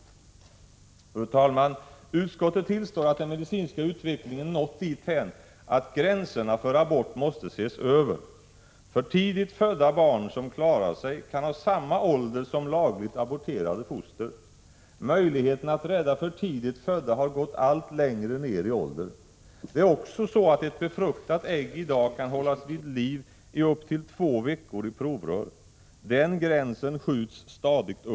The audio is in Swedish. Utskottet tillstår att den medicinska utvecklingen nått dithän att gränserna för abort måste ses över. För tidigt födda barn som klarar sig kan ha samma ålder som lagligt aborterade foster. Möjligheten att rädda för tidigt födda har gått allt längre ner i ålder. Det är också så att ett befruktat ägg i dag kan hållas vid liv i upp till två veckor i provrör. Den gränsen skjuts stadigt uppåt. Det — Prot.